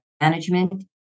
management